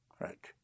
Right